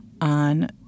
on